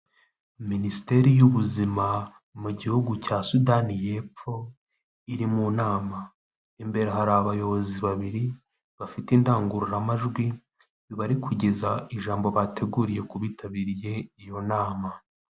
Minisiteri y'ubuzima mu gihugu cya Sudani y'epfo iri mu nama. Imbere hari abayobozi babiri bafite indangururamajwi, bari kugeza ijambo bateguriye, ku bitabiriye iyo nama.